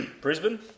Brisbane